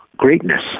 greatness